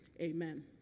amen